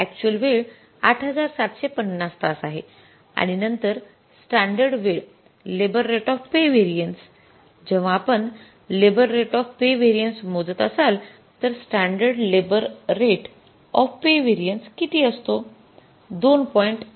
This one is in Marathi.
अक्चुअल वेळ ८७५० तास आहे आणि नंतर स्टॅंडर्ड वेळ labour rate of pay variances जेव्हा आपण labour rate of pay variances मोजत असाल तर standard labour rate of pay variances किती असतो